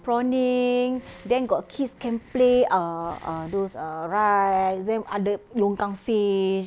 prawning then got kids can play err err those err rides then ada longkang fish